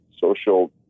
social